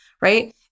right